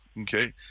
okay